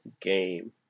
game